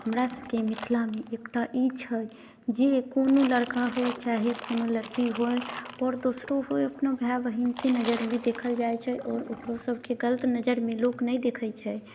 हमरा सबके मिथिलामे एकटा ई छै जे कोनो लड़का होइ चाहे कोनो लड़की होइ आओर दोसरो होइ अपना भाइ बहिनके नजरिसँ देखल जाइ छै आओर ओकरो सबके गलत नजरिमे लोक नहि देखै छै